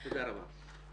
תודה רבה.